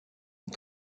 une